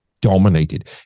dominated